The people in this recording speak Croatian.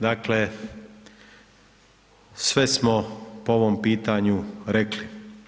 Dakle, sve smo po ovom pitanju rekli.